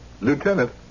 Lieutenant